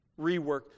Rework